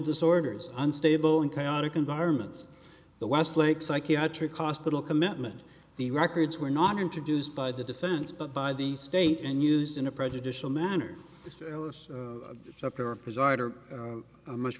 disorders unstable and chaotic environments the westlake psychiatric hospital commitment the records were not introduced by the defense but by the state and used in a prejudicial manner